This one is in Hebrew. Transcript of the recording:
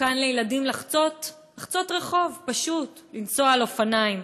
מסוכן לילדים לחצות רחוב, פשוט, לנסוע על אופניים.